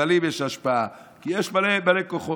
לפסלים יש השפעה, כי יש מלא מלא כוחות,